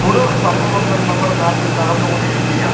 തുടർസംഭവങ്ങൾ നമ്മുടെ നാട്ടിൽ നടന്നുകൊണ്ടിരിക്കുകയാ